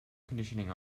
conditioning